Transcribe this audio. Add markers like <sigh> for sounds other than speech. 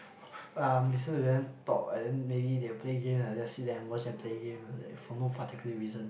<noise> um listen to them talk and then maybe they will play game I just sit there watch them play game for no particular reason